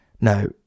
No